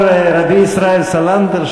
לזה אמר רבי ישראל סלנטר,